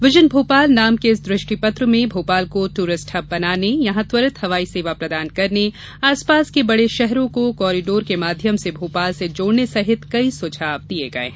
vision Bhopal नाम के इस दृष्टिपत्र में भोपाल को ट्ररिस्ट हब बनाने यहां त्वरित हवाई सेवा प्रदान करने आसपास के बढ़े शहरों को कॉरीडोर के माध्यम से भोपाल से जोड़ने सहित कई सुझाव दिये गये हैं